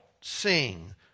sing